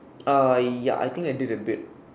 ah ya I think I did a bit